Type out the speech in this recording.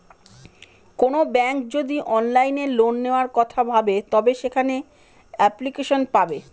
কোনো ব্যাঙ্ক যদি অনলাইনে লোন নেওয়ার কথা ভাবে তবে সেখানে এপ্লিকেশন পাবে